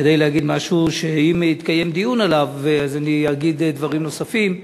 כדי להגיד משהו שאם יתקיים דיון עליו אז אני אגיד דברים נוספים,